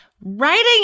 writing